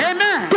Amen